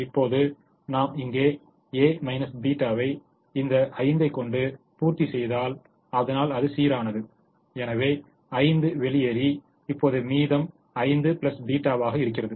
இப்போது நாம் இங்கே a θ வை இந்த 5 ஐ கொண்டு பூர்த்தி செய்தால் அதனால் அது சீரானது எனவே 5 வெளியேறி இப்பொது மீதம் 5 θ வாக இருக்கிறது